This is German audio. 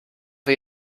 wir